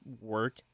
work